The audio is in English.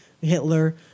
Hitler